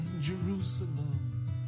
Jerusalem